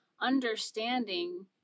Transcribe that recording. understanding